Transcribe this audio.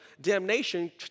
damnation